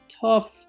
tough